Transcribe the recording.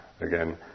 again